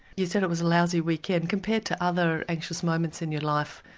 you said it was a lousy weekend. compared to other anxious moments in your life,